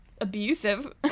abusive